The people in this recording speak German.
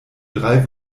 drei